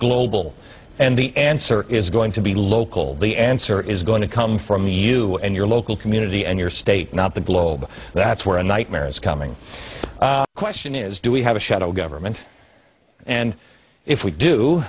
global and the answer is going to be local the answer is going to come from you and your local community and your state not the globe that's where a nightmare is coming question is do we have a shadow government and if we do